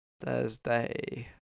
Thursday